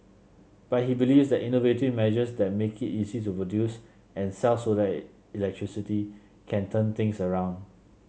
but he believes that innovative measures that make it easy to produce and sell solar electricity can turn things around